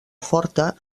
forta